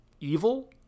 evil